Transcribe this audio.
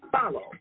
follow